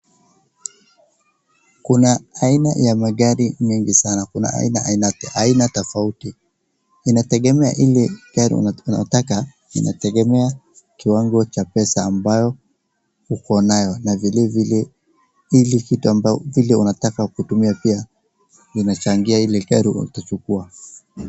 Kuna aina ya magari mengi sana. Kuna aina ainati haina tofauti. Inategemea ile gari unataka inategemea kiwango cha pesa ambayo uko nayo na vile vile ile kitu ambayo ili unataka kutumia pia inachangia ile gari utachukuwa.